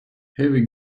heavy